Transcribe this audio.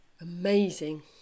amazing